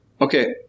okay